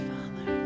Father